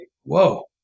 whoa